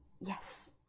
Yes